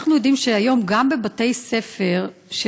אנחנו יודעים שהיום גם בבתי-ספר של